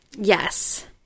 Yes